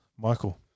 Michael